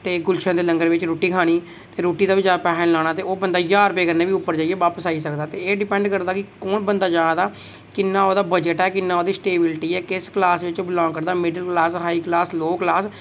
ते गुलशन दे लंगर बिच रुट्टी खानी ते फ्ही रुट्टी दा बी पैसा निं लाना ते बंदा ज्हार रपे कन्नै बी उप्पर जाइयै बापस आई सकदा हून बंदा जा दा किन्ना ओह्दा बजट ऐ किन्नी ओह्दी स्टेवलिटी ऐ की एह् क्लास बिच बीलांग करदा high class middle class low class